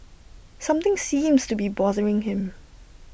something seems to be bothering him